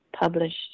published